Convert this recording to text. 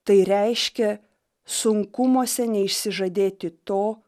tai reiškia sunkumuose neišsižadėti to